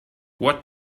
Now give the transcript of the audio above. what